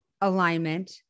alignment